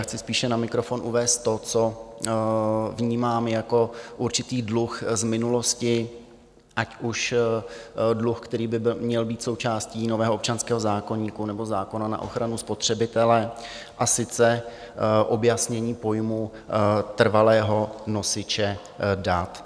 Chci spíše na mikrofon uvést to, co vnímám jako určitý dluh z minulosti, ať už dluh, který by měl být součástí nového občanského zákoníku nebo zákona na ochranu spotřebitele, a sice objasnění pojmu trvalého nosiče dat.